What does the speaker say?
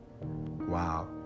Wow